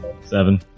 Seven